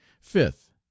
Fifth